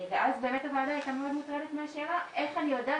ואז באמת הוועדה הייתה מאוד מוטרדת מהשאלה איך אני יודעת